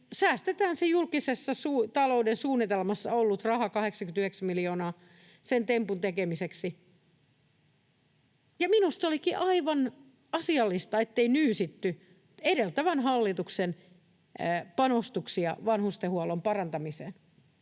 säästetään se julkisen talouden suunnitelmassa ollut raha, 89 miljoonaa, sen tempun tekemiseksi. Ja minusta olikin aivan asiallista, ettei nyysitty edeltävän hallituksen panostuksia vanhustenhuollon parantamiseen.